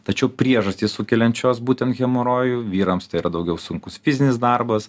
tačiau priežastys sukeliančios būtent hemorojų vyrams tai yra daugiau sunkus fizinis darbas